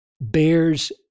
bears